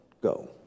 go